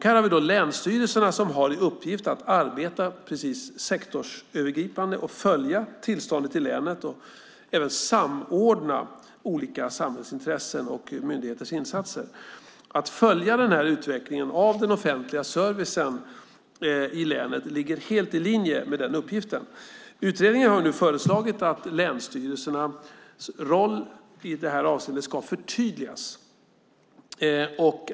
Här har vi länsstyrelserna, som har i uppgift att arbeta sektorsövergripande och följa tillståndet i länet och även samordna olika samhällsintressen och myndigheters insatser. Att följa denna utveckling av den offentliga servicen i länet ligger helt i linje med den uppgiften. Utredningen har nu föreslagit att länsstyrelsernas roll i detta avseende ska förtydligas.